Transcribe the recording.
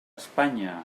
espanya